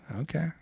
Okay